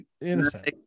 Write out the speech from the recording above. innocent